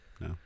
no